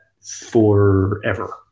forever